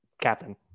captain